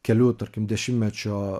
kelių tarkim dešimtmečio